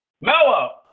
Melo